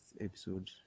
episode